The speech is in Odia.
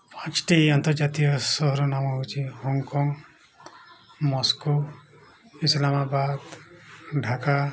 ପାଞ୍ଚଟି ଆନ୍ତର୍ଜାତୀୟ ସହରର ନାମ ହେଉଛି ହଂକଂ ମସ୍କୋ ଇସ୍ଲାମାବାଦ୍ ଢାକା